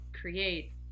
create